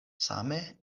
same